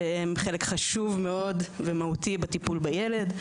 שהן חלק חשוב ומשמעותי מאוד בטיפול בילד,